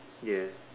ya